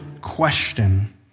question